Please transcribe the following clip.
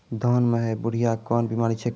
धान म है बुढ़िया कोन बिमारी छेकै?